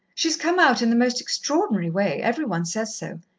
she's come out in the most extraordinary way. every one says so.